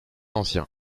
ancien